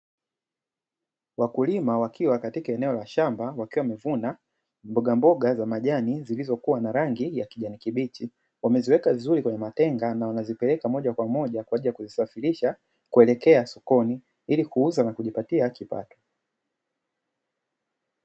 Wakulima wakiwa katika eneo la shamba wakiwa wamevuna mbogamboga za majani zilizokuwa na rangi ya kijani kibichi, wameziweka vizuri kwenye matenga na kuzipeleka moja kwa moja kwa kuzisafirisha kuelekea sokoni ili kuuza na kujipatia kipato.